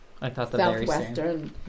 southwestern